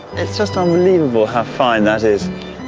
it's just unbelievable how fine that is